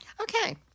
Okay